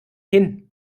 hin